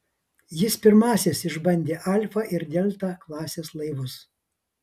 jis pirmasis išbandė alfa ir delta klasės laivus